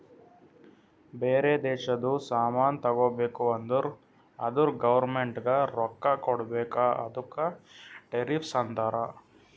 ಬೇರೆ ದೇಶದು ಸಾಮಾನ್ ತಗೋಬೇಕು ಅಂದುರ್ ಅದುರ್ ಗೌರ್ಮೆಂಟ್ಗ ರೊಕ್ಕಾ ಕೊಡ್ಬೇಕ ಅದುಕ್ಕ ಟೆರಿಫ್ಸ್ ಅಂತಾರ